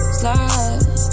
slide